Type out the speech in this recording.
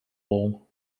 wall